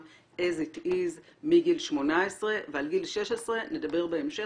as at is מגיל 18 ועל גיל 16 נדבר בהמשך,